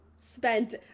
spent